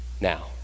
now